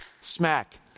smack